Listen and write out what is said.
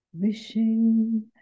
wishing